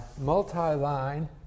multi-line